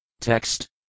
Text